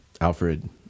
Alfred